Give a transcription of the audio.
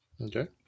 Okay